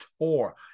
tour